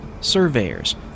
surveyors